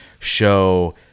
show